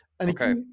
Okay